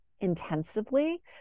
intensively